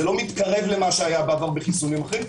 זה לא מתקרב למה שהיה בעבר בחיסונים אחרים,